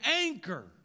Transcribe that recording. anchor